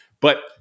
But-